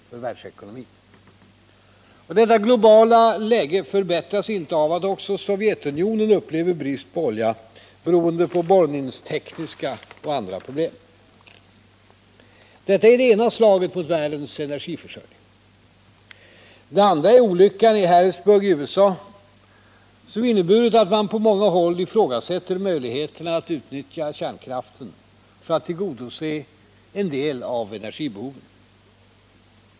Detta globala läge förbättras inte av att också Sovjetunionen upplever brist på olja, beroende på borrningstekniska och andra problem. Detta är det ena slaget mot världens energiförsörjning. Det andra är olyckan i Harrisburg i USA som inneburit att man på många håll ifrågasätter möjligheterna att utnyttja kärnkraften för att tillgodose en del av energibehovet.